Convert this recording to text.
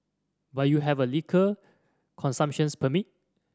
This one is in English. but you have a liquor consumptions permit